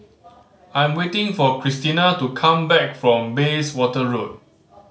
I am waiting for Christina to come back from Bayswater Road